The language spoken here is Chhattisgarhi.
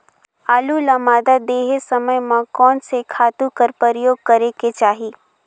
आलू ल मादा देहे समय म कोन से खातु कर प्रयोग करेके चाही?